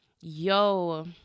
Yo